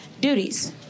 duties